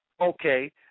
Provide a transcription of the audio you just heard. Okay